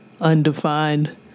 undefined